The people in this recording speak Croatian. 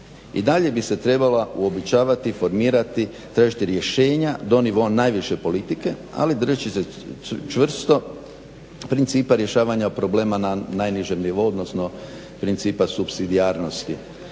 i dalje bi se trebala uobičavati i formirati, tražiti rješenja do nivoa najviše politike, ali držeći se čvrsto principa rješavanja problema na najnižem nivou, odnosno principa supsidijarnosti.